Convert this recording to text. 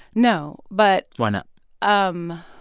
no. but. why not? um